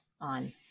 on